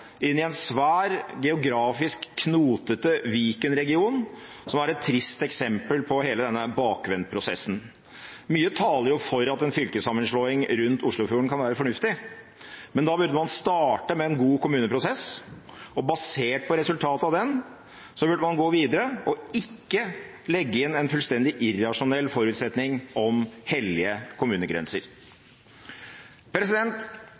inn, i en svær, geografisk knotete Viken-region, som er et trist eksempel på hele denne bakvendtprosessen. Mye taler for at en fylkessammenslåing rundt Oslofjorden kan være fornuftig, men da burde man starte med en god kommuneprosess, og basert på resultatet av den burde man gå videre – og ikke legge inn en fullstendig irrasjonell forutsetning om hellige kommunegrenser.